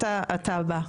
אתה הבא.